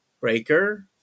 Breaker